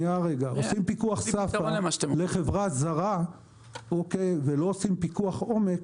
עושים פיקוח SAFA לחברה זרה ולא עושים פיקוח עומק,